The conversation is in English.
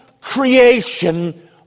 creation